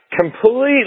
completely